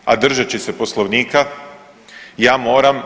Međutim, a držeći se Poslovnika ja moram